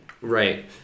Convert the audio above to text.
Right